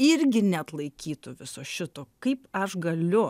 irgi neatlaikytų viso šito kaip aš galiu